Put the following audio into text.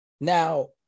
Now